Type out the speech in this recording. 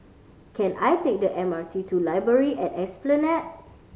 can I take the M R T to Library at Esplanade